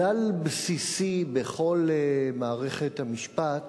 כלל בסיסי בכל מערכת המשפט